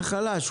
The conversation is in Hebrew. הוא חלש,